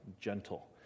gentle